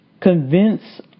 convince